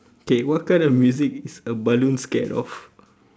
okay what kind of musics are balloons scared of